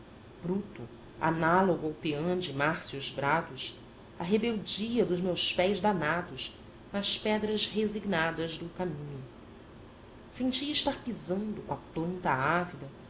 análogo ao peã de márcios brados a rebeldia dos meus pés danados nas pedras resignadas do caminho sentia estar pisando com a planta ávida